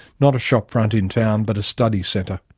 not a shop-front in town, but a study centre.